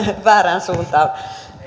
väärään suuntaan